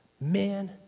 man